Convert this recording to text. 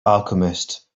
alchemist